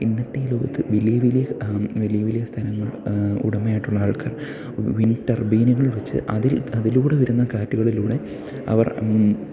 ഇന്നത്തെ ലോകത്ത് വലിയ വലിയ വലിയ വലിയ സ്ഥലങ്ങൾ ഉടമയായിട്ടുള്ള ആൾക്കാർ വിൻഡ് ടർബയിനുകൾ വച്ച് അതിൽ അതിലൂടെ വരുന്ന കാറ്റുകളിലൂടെ അവർ